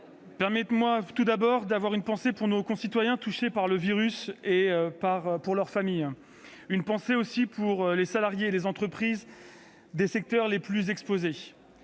permettez-moi tout d'abord d'avoir une pensée pour nos concitoyens touchés par le virus et leurs familles, ainsi que pour les salariés et les entreprises des secteurs les plus exposés.